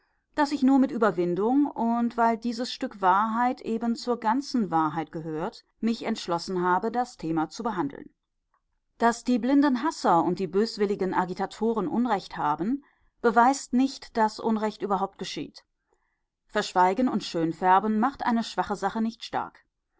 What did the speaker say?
daß ich nur mit überwindung und weil dieses stück wahrheit eben zur ganzen wahrheit gehört mich entschlossen habe das thema zu behandeln daß die blinden hasser und die böswilligen agitatoren unrecht haben beweist nicht daß unrecht überhaupt geschieht verschweigen und schönfärben macht eine schwache sache nicht stark